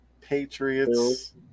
patriots